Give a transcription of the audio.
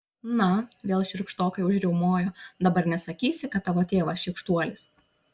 na vėl šiurkštokai užriaumojo dabar nesakysi kad tavo tėvas šykštuolis